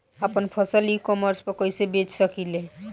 आपन फसल e commerce पर कईसे बेच सकिले?